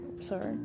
sorry